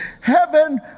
Heaven